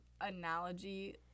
analogy